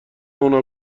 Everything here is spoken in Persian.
اونا